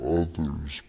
others